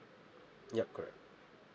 yup correct